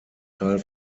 teil